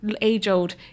age-old